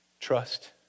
Trust